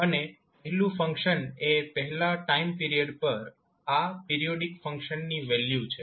અને પહેલું ફંક્શન એ પહેલા ટાઈમ પીરીયડ પર આ પીરીયોડીક ફંક્શનની વેલ્યુ છે